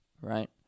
Right